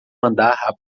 andar